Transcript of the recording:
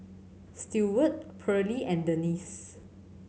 Steward Pearley and Denis